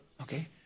Okay